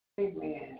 Amen